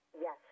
Yes